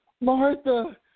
Martha